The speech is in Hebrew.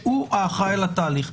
שהוא האחראי על התהליך.